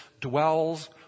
dwells